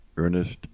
Ernest